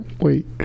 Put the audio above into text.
wait